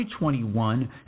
2021